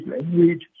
language